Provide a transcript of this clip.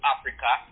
Africa